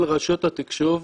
אלה יהיו עובדים של רשות התקשוב,